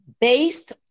based